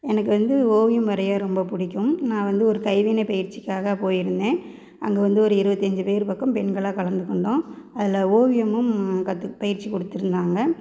எனக்கு வந்து ஓவியம் வரைய ரொம்ப பிடிக்கும் நான் வந்து ஒரு கைவினை பயிற்சிக்காக போயிருந்தேன் அங்கே வந்து ஒரு இருபத்தஞ்சி பேர் பக்கம் பெண்களாக கலந்து கொண்டோம் அதில் ஓவியமும் கற்று பயிற்சி கொடுத்துருந்தாங்க